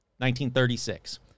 1936